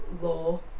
law